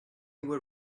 were